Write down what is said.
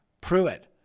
Pruitt